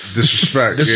disrespect